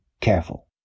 careful